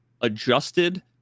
adjusted